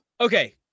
okay